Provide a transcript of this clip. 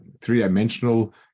three-dimensional